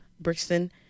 Brixton